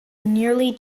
nearly